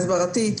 ההסברתי.